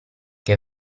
che